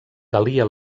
calia